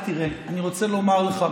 תראה, אני רוצה לומר לך,